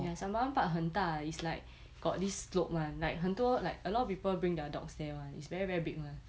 ya sembawang park 很大 it's like got this slope [one] like 很多 like a lot of people bring their dog there [one] it's very very big [one]